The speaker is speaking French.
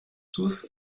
tous